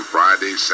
Friday